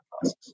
process